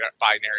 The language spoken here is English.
binary